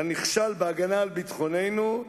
לנכשל בהגנה על ביטחוננו,